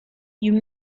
you